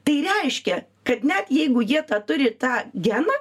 tai reiškia kad net jeigu jie turi tą geną